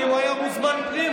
כי הוא היה מוזמן פנימה.